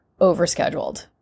overscheduled